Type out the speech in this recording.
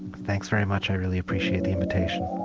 thanks very much, i really appreciate the invitation.